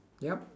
yup